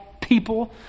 people